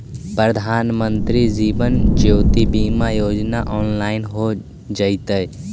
प्रधानमंत्री जीवन ज्योति बीमा योजना ऑनलाइन हो जइतइ